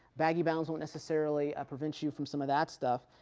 baggy bounds won't necessarily prevent you from some of that stuff.